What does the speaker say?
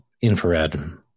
infrared